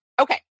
Okay